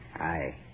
Aye